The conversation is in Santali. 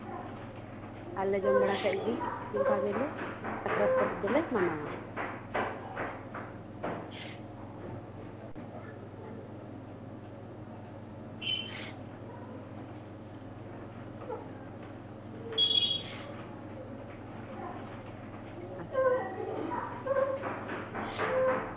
ᱟᱨᱞᱮ ᱡᱚᱢ ᱵᱟᱲᱟ ᱠᱮᱫ ᱜᱮ ᱚᱱᱠᱟ ᱜᱮᱞᱮ ᱥᱟᱠᱨᱟᱛ ᱯᱚᱨᱚᱵ ᱫᱚᱞᱮ ᱢᱟᱱᱟᱣᱟ ᱟᱪᱪᱷᱟ ᱟᱪᱪᱷᱟ